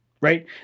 right